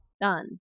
done